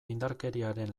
indarkeriaren